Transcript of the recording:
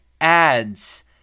adds